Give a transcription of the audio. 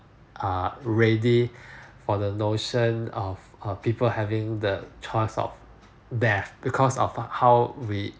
uh ready for the notion of uh people having the choice of death because of how we